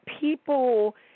people –